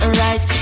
right